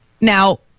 Now